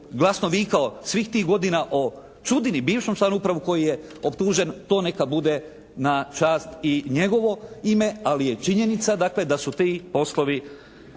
glasno vikao svih tih godina o Čudini bivšem članu uprave koji je optužen to neka bude na čast i njegovo ime ali je činjenica dakle da su ti poslovi